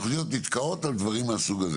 כאן לא הזכיר שתי תוכניות חומש עתירות משאבים